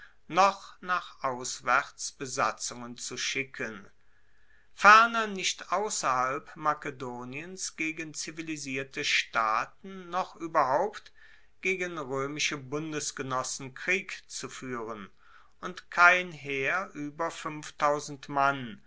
noch nach auswaerts besatzungen zu schicken ferner nicht ausserhalb makedoniens gegen zivilisierte staaten noch ueberhaupt gegen roemische bundesgenossen krieg zu fuehren und kein heer ueber mann